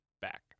back